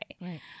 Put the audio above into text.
Right